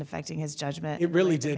affecting his judgment it really did